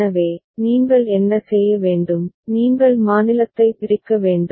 எனவே நீங்கள் என்ன செய்ய வேண்டும் நீங்கள் மாநிலத்தை பிரிக்க வேண்டும்